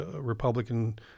Republican